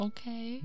Okay